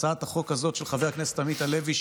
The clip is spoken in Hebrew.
הצעת החוק הזאת של חבר הכנסת עמית הלוי,